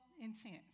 intent